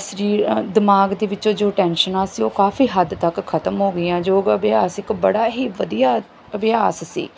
ਸਰੀਰ ਦਿਮਾਗ ਦੇ ਵਿੱਚੋਂ ਜੋ ਟੈਂਸ਼ਨਾਂ ਸੀ ਉਹ ਕਾਫੀ ਹੱਦ ਤੱਕ ਖਤਮ ਹੋ ਗਈਆਂ ਯੋਗ ਅਭਿਆਸ ਇੱਕ ਬੜਾ ਹੀ ਵਧੀਆ ਅਭਿਆਸ ਸੀ